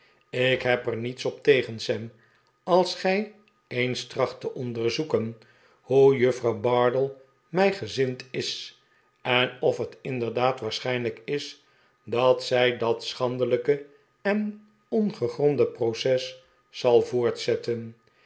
ik heb er niets op tegen sam als gij eens tracht te onderzoeken hoe juffrouw bardell mij gezind is en of het inderdaad waarschijnlijk is dat zij dat schandelijke en ongegronde proces zal voortzetten